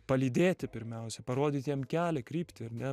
palydėti pirmiausia parodyti jam kelią kryptį ar ne